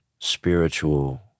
spiritual